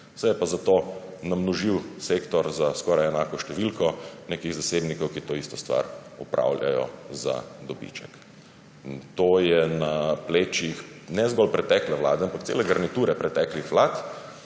Se je pa zato namnožil sektor za skoraj enako številko nekih zasebnikov, ki to isto stvar opravljajo za dobiček. In to je na plečih ne zgolj pretekle vlade ampak cele garniture preteklih vlad,